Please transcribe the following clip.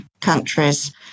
countries